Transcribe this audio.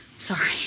Sorry